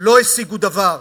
לא השיגו דבר,